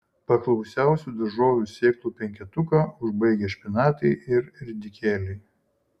paklausiausių daržovių sėklų penketuką užbaigia špinatai ir ridikėliai